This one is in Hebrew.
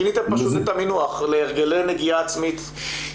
שיניתם פשוט את המינוח ל'הרגלי נגיעה עצמית'.